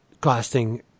costing